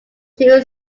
two